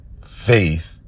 faith